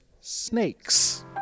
Snakes